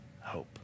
hope